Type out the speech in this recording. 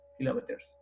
kilometers